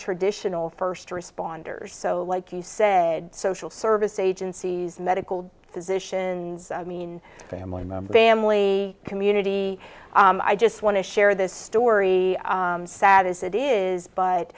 traditional first responders so like you said social service agencies medical physicians i mean family member family community i just want to share this story sad as it is